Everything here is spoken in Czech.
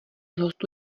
hostů